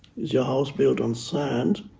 is your house built on sand?